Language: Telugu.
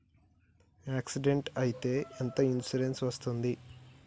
యాక్సిడెంట్ అయితే ఎంత ఇన్సూరెన్స్ వస్తది?